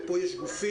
ופה יש גופים,